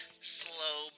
Slow